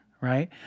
right